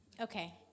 Okay